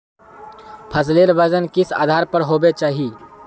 फसलेर वजन किस आधार पर होबे चही?